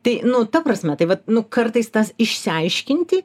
tai nu ta prasme tai vat nu kartais tas išsiaiškinti